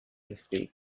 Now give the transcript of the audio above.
mistake